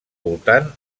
voltant